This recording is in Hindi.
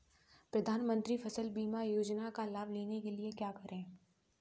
प्रधानमंत्री फसल बीमा योजना का लाभ लेने के लिए क्या करें?